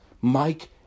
Mike